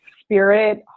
spirit